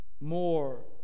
more